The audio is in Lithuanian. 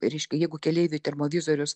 reškia jeigu keleiviui termovizorius